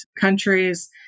countries